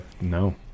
No